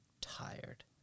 tired